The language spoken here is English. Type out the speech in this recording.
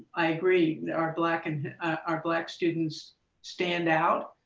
i agree our black and our black students stand out,